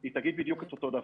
היא תגיד בדיוק את אותו דבר.